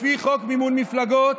לפי חוק מימון מפלגות,